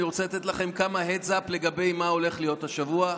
אני רוצה לתת לכם כמה heads up לגבי מה הולך להיות השבוע,